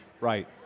Right